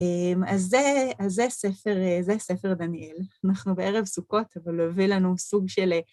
אז זה ספר דניאל. אנחנו בערב סוכות, אבל הוא הביא לנו סוג של...